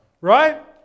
right